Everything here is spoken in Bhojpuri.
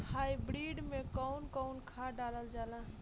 हाईब्रिड में कउन कउन खाद डालल जाला?